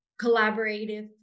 collaborative